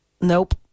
Nope